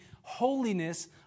holiness